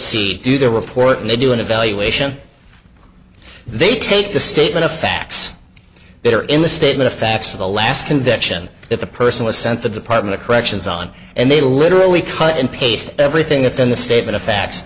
c do the report and they do an evaluation they take the statement of facts that are in the statement of facts for the last conviction that the person was sent the department of corrections on and they literally cut and paste everything that's in the statement of fa